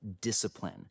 discipline